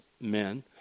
men